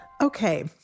Okay